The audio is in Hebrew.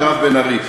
מירב בן ארי.